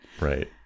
Right